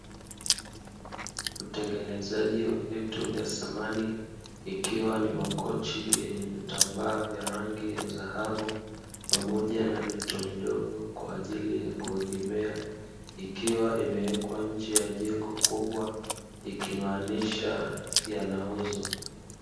Utengenezaji wa vitu vya samani, ikiwa ni makochi yenye vitambaa vya rangi ya dhahabu, pamoja na mito midogo kwa ajili ya kuegemea, ikiwa imewekwa nje ya jengo kubwa, ikimaanisha yanauzwa.